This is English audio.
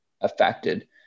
affected